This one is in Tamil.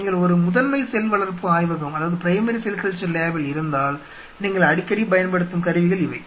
நீங்கள் ஒரு முதன்மை செல் வளர்ப்பு ஆய்வகத்தில் இருந்தால் நீங்கள் அடிக்கடி பயன்படுத்தும் கருவிகள் இவை